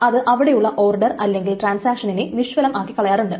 അത് അവിടെയുള്ള ഓർഡർ അല്ലെങ്കിൽ ട്രാൻസാക്ഷനിനെ നിഷ്ഫലം ആക്കി കളയാറുണ്ട്